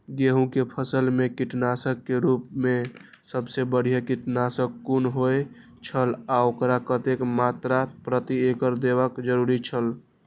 गेहूं के फसल मेय कीटनाशक के रुप मेय सबसे बढ़िया कीटनाशक कुन होए छल आ ओकर कतेक मात्रा प्रति एकड़ देबाक जरुरी छल?